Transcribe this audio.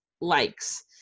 likes